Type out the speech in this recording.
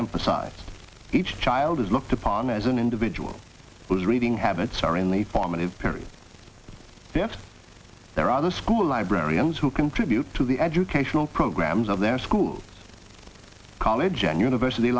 emphasized each child is looked upon as an individual whose reading habits are in the formative period they have there are other school librarians who contribute to the educational programs of their school college and university